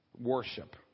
worship